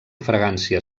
fragància